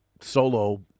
solo